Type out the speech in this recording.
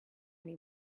any